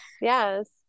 yes